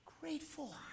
Grateful